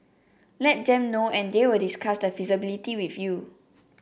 let them know and they will discuss the feasibility with you